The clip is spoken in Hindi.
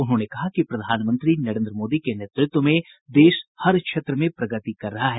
उन्होंने कहा कि प्रधानमंत्री नरेन्द्र मोदी के नेतृत्व में देश हर क्षेत्र में प्रगति कर रहा है